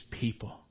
people